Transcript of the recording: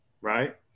right